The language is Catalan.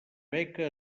beca